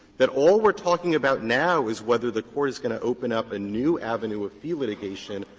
that all we're talking about now is whether the court is going to open up a new avenue of fee litigation,